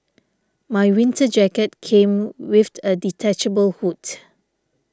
my winter jacket came with a detachable hood